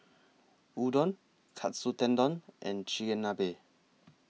Udon Katsu Tendon and Chigenabe